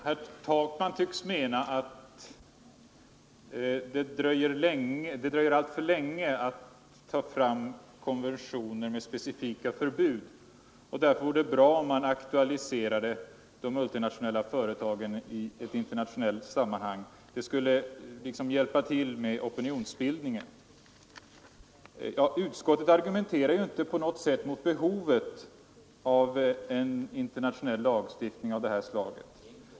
Herr talman! Herr Takman tycks mena att det dröjer alltför länge att få fram konventioner med specifika förbud och att det därför vore bra om man aktualiserade de multinationella företagen i ett internationellt sammanhang. Det skulle liksom hjälpa till med opinionsbildningen. Utskottet argumenterar inte på något sätt mot behovet av en internationell lagstiftning av det här slaget.